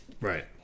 Right